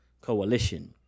coalition